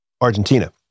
Argentina